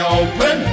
open